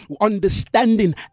understanding